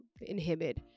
inhibit